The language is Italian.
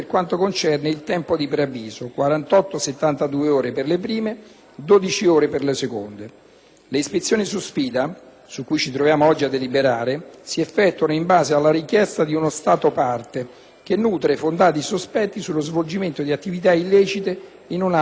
su cui ci troviamo oggi a deliberare, si effettuano in base alla richiesta di uno Stato parte che nutre fondati sospetti sullo svolgimento di attività illecite in un altro Stato parte. L'impulso dello Stato che prende l'iniziativa viene indirizzato all'OPAC la quale,